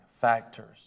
factors